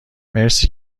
مرسی